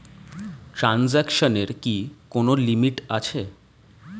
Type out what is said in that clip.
ট্রানজেকশনের কি কোন লিমিট আছে?